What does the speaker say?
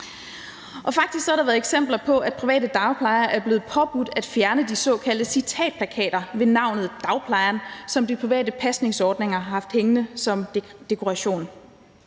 været eksempler på, at private dagplejere er blevet påbudt at fjerne de såkaldte citatplakater ved navnet »dagplejeren«, som de private pasningsordninger har haft hængende som dekoration.